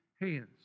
hands